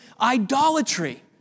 idolatry